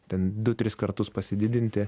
ten du tris kartus pasididinti